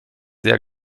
sehr